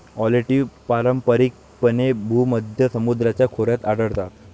olive पारंपारिकपणे भूमध्य समुद्राच्या खोऱ्यात आढळतात